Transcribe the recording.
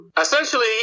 Essentially